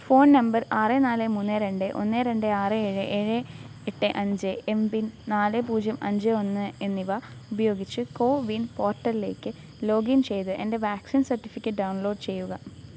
phone number ആറ് നാല് മൂന്ന് രണ്ട് ഒന്ന് രണ്ട് ആറ് ഏഴ് ഏഴ് എട്ട് അഞ്ച് എംപിൻ നാല് പൂജ്യം അഞ്ച് ഒന്ന് എന്നിവ ഉപയോഗിച്ച് കോവിൻ പോർട്ടലിലേക്ക് ലോഗിൻ ചെയ്ത് എൻ്റെ വാക്സിൻ സർട്ടിഫിക്കറ്റ് ഡൗൺലോഡ് ചെയ്യുക